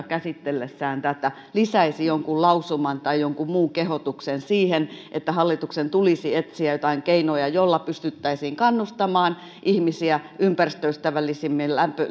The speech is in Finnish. käsitellessään tätä lisäisi jonkun lausuman tai jonkun muun kehotuksen että hallituksen tulisi etsiä jotain keinoja joilla pystyttäisiin kannustamaan ihmisiä ympäristöystävällisempien